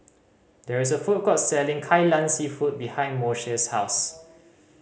there is a food court selling Kai Lan Seafood behind Moshe's house